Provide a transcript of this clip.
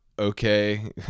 okay